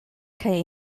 kaj